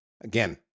again